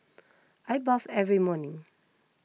I bathe every morning